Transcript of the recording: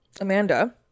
Amanda